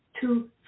two